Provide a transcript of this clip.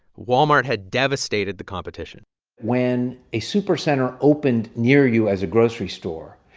walmart had devastated the competition when a supercenter opened near you, as a grocery store,